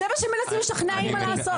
זה מה שמנסים לשכנע אימא לעשות.